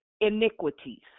iniquities